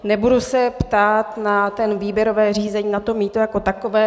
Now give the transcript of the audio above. Nebudu se ptát na to výběrové řízení na mýto jako takové.